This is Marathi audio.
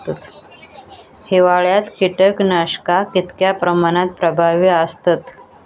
हिवाळ्यात कीटकनाशका कीतक्या प्रमाणात प्रभावी असतत?